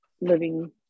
living